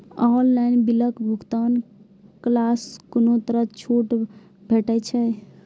Online बिलक भुगतान केलासॅ कुनू तरहक छूट भेटै छै?